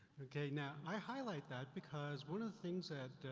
okay, now, i highlight that because one of the things that,